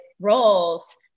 roles